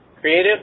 creative